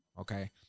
Okay